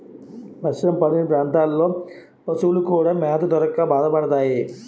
వర్షం పడని ప్రాంతాల్లో పశువులు కూడా మేత దొరక్క బాధపడతాయి